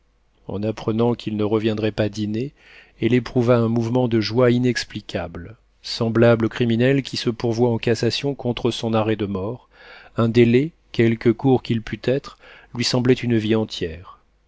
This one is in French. en apprenant qu'il ne reviendrait pas dîner elle éprouva un mouvement de joie inexplicable semblable au criminel qui se pourvoit en cassation contre son arrêt de mort un délai quelque court qu'il pût être lui semblait une vie entière